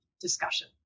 discussion